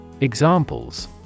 Examples